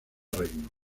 reinos